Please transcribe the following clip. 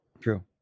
true